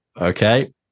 Okay